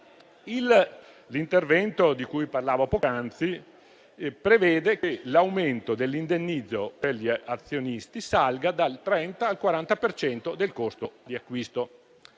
L'intervento di cui parlavo poc'anzi prevede che l'aumento dell'indennizzo per gli azionisti salga dal 30 al 40 per cento del costo di acquisto.